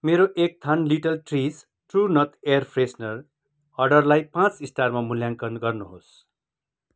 मेरो एक थान Little Trees True North air freshener अर्डरलाई पाँच स्टारमा मूल्याङ्कन गर्नुहोस्